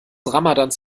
ramadans